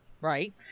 right